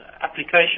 application